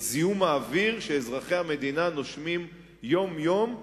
זיהום האוויר שאזרחי המדינה נושמים יום-יום.